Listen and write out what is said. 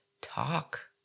talk